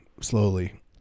slowly